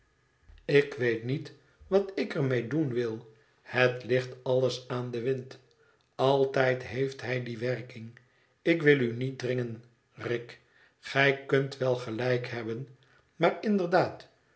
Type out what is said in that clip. ik weet niet wat geheel een kind ik er mee doen wil het ligt alles aan den wind altijd heeft hij die werking ik wil u niet dringen rick gij kunt wel gelijk hebben maar inderdaad